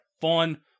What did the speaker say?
fun